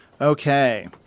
Okay